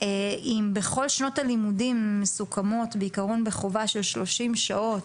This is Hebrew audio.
מבחינה דתית אם בכל שנות הלימודים מסוכמות בחובה של 30 שעות